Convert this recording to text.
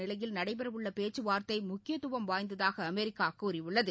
நிலையில் நடைபெறவுள்ள பேச்சுவார்த்தை முக்கியத்துவம் வாய்ந்ததாக அமெரிக்கா கூறியுள்ளது